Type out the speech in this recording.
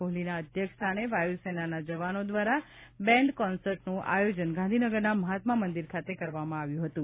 કોહલીના અધ્યક્ષ સ્થાને વાયુસેનાના જવાનો દ્વારા બેન્ડ કોન્સર્ટનું આયોજન ગાંધીનગરના મહાત્મા મંદિર ખાતે કરવામાં આવ્યું હતું